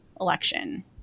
election